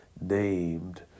named